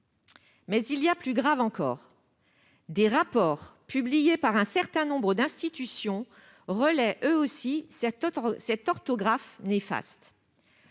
Mais il y a plus grave encore : des rapports publiés par un certain nombre d'institutions relaient eux aussi cette orthographe néfaste.